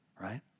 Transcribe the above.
Right